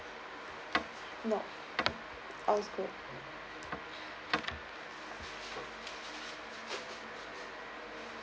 nope all's good